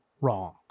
wrong